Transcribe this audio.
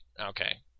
Okay